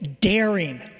daring